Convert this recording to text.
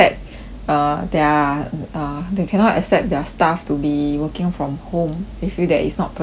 uh they are uh they cannot accept their staff to be working from home they feel that it's not productive